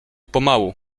pomału